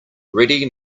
ready